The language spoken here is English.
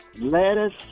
lettuce